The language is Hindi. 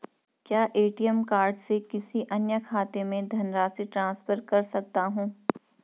क्या ए.टी.एम कार्ड से किसी अन्य खाते में धनराशि ट्रांसफर कर सकता हूँ?